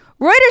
Reuters